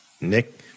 Nick